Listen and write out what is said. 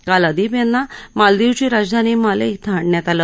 काल अदीब यांना मालदिवची राजधानी माला धिं आण्ण्यात आलं